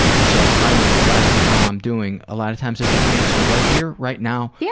and and so i try, and when people ask me how i'm doing a lot of times i just answer, right here, right now, yeah